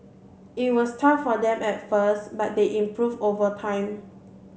it was tough for them at first but they improve over time